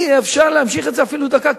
אי-אפשר להמשיך את זה אפילו דקה,